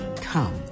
Come